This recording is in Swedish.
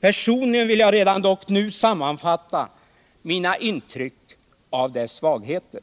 Personligen vill jag dock redan nu sammanfatta mina intryck av dess svagheter.